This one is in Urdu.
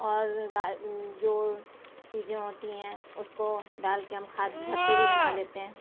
اور گا جو چیزیں ہوتی ہیں اُس کو ڈال کے ہم کھاد گھر پہ بھی بنا لیتے ہیں